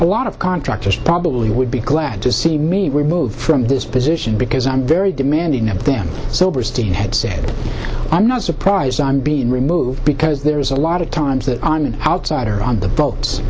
a lot of contractors probably would be glad to see me removed from this position because i'm very demanding of the sober stephen had to say i'm not surprised i'm being removed because there is a lot of times that i'm an outsider on the boats